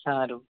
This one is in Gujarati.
સારું